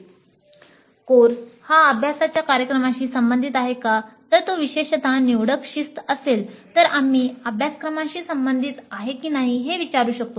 "course हा अभ्यासाच्या कार्यक्रमाशी संबंधित आहे" जर तो विशेषतः निवडक शिस्त असेल तर आम्ही अभ्यासक्रमाशी संबंधित आहे की नाही हे विचारू शकतो